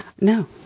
No